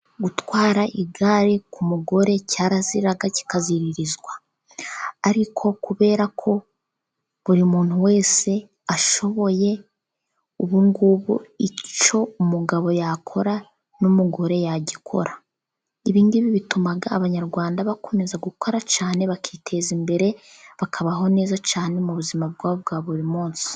Gutwara igare ku mugore cyaraziraga kikaziririzwa. Ariko kubera ko buri muntu wese ashoboye, ubungubu icyo umugabo yakora n'umugore yagikora. Ibingibi bituma abanyarwanda bakomeza gukora cyane bakiteza imbere, bakabaho neza cyane mu buzima bwabo bwa buri munsi.